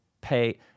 pay